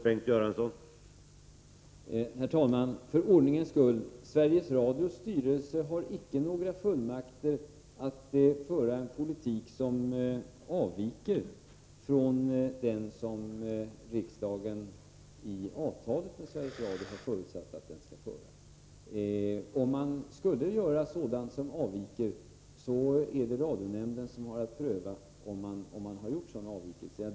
Herr talman! För ordningens skull: Sveriges Radios styrelse har icke några fullmakter att föra en politik som avviker från den som riksdagen i avtalet med Sveriges Radio har förutsatt att styrelsen skall föra. Om man skulle göra sådant som avviker, så är det radionämnden som har att pröva om man har gjort avvikelser.